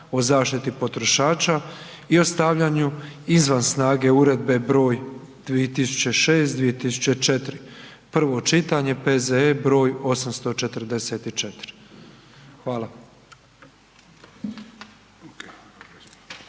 o zaštiti potrošača i o stavljanju izvan snage Uredbe broj 2006/2004., prvo čitanje, P.Z.E. broj 844. Hvala.